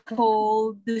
cold